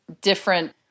different